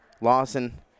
Lawson